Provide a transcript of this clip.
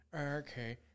okay